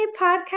podcast